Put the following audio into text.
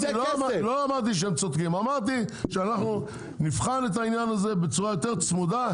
אמרתי שאנחנו נבחן את העניין הזה בצורה יותר צמודה,